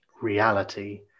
reality